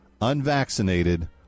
unvaccinated